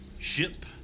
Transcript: Ship